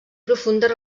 profundes